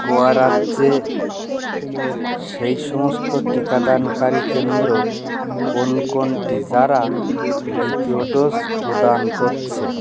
গোয়া রাজ্যে সেই সমস্ত টিকাদানকারি কেন্দ্র কোন কোনটি যারা দ্বিতীয় ডোজ প্রদান করছে